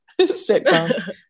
sitcoms